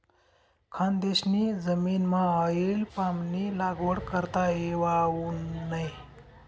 खानदेशनी जमीनमाऑईल पामनी लागवड करता येवावू नै